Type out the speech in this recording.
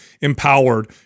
empowered